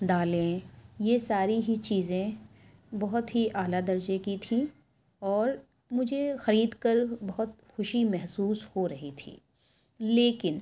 دالیں یہ ساری ہی چیزیں بہت ہی اعلیٰ درجے کی تھیں اور مجھے خرید کر بہت خوشی محسوس ہورہی تھی لیکن